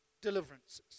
deliverances